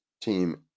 team